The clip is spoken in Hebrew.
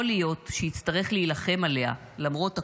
יכול להיות שיצטרך להילחם עליה, למרות הכול,